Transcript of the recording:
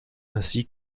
ainsi